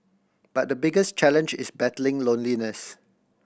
but the biggest challenge is battling loneliness